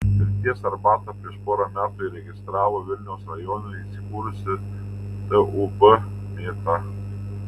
pirties arbatą prieš porą metų įregistravo vilniaus rajone įsikūrusi tūb mėta